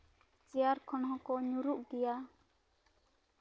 chair ᱠᱷᱚᱱ ᱦᱚᱸᱠᱚ ᱧᱩᱨᱦᱩᱜ ᱜᱮᱭᱟ